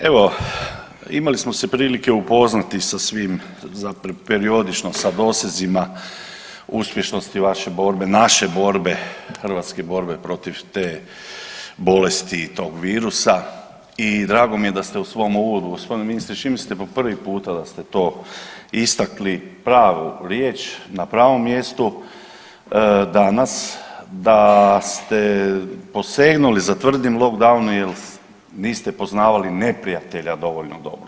Evo imali smo se prilike upoznati sa svim, periodično sa dosezima uspješnosti vaše borbe, naše borbe, hrvatske borbe protiv te bolesti i tog virusa i drago mi je da ste u svom uvodu g. ministre, čini mi se po prvi puta da ste to istakli pravu riječ na pravom mjestu danas da ste posegnuli za tvrdim lockdownom jel niste poznavali neprijatelja dovoljno dobro.